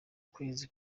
kwezi